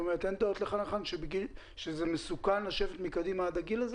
אין דעות לכאן ולכאן שזה מסוכן לשבת מקדימה עד הגיל הזה?